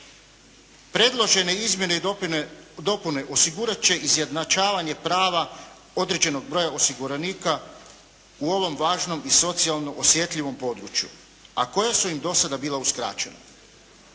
Predložene izmjene i dopune osigurati će izjednačavanje prava određenog broja osiguranika u ovom važnom i socijalno osjetljivom području, a koja su im do sada bila uskraćena.